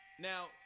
Now